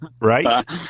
Right